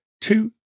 two